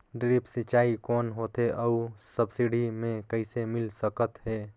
Drip सिंचाई कौन होथे अउ सब्सिडी मे कइसे मिल सकत हे?